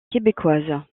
québécoise